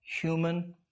Human